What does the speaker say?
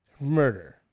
murder